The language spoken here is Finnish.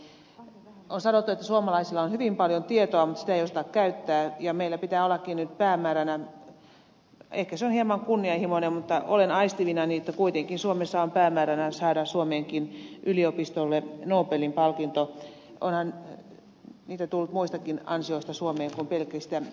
on sanottu että suomalaisilla on hyvin paljon tietoa mutta sitä ei osata käyttää ja meillä pitääkin nyt olla päämääränä ehkä se on hieman kunnianhimoinen mutta olen aistivinani että kuitenkin suomessa on päämääränä saada suomenkin yliopistolle nobelin palkinto onhan niitä tullut muistakin ansioista suomeen kuin pelkistä yliopistosaavutuksista